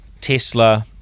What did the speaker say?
Tesla